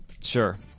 Sure